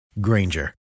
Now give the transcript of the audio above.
Granger